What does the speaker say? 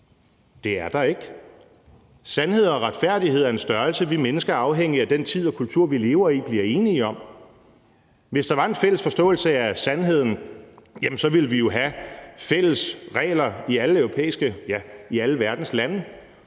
Det er der ikke. Sandhed og retfærdighed er størrelser, som vi mennesker afhængigt af den tid og kultur, vi lever i, bliver enige om. Hvis der var en fælles forståelse af sandheden, ville vi jo have fælles regler i alle europæiske,